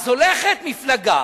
אז הולכת מפלגה,